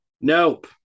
Nope